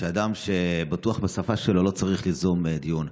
שאדם שבטוח בשפה שלו לא צריך ליזום דיון.